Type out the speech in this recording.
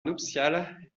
nupcial